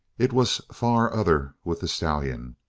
it was far other with the stallion.